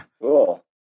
cool